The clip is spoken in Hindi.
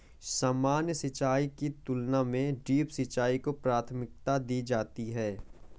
सामान्य सिंचाई की तुलना में ड्रिप सिंचाई को प्राथमिकता दी जाती है